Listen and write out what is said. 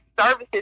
services